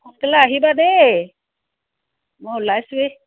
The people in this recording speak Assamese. সোনকালে আহিবা দেই মই ওলাইছোৱে